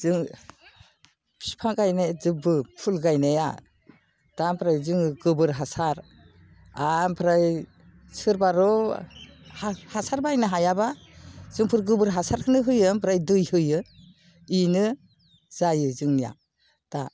जों बिफां गायनाय जोंबो फुल गायनाया दा ओमफ्राय जोङो गोबोर हासार ओमफ्राय सोरबार' हा हासार बायनो हायाबा जोंफोर गोबोर हासारखौनो होयो ओमफ्राय दै होयो बिनो जायो जोंनिया दा